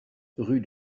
rue